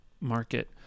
market